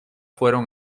fueron